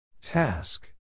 Task